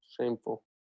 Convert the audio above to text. Shameful